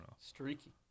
Streaky